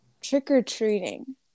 trick-or-treating